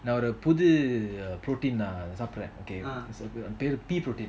நான் ஒரு புது:naan oru puthu protein lah நன் சாப்பிடுறேன்:nan sapduran it's okay பெரு:peru pea protien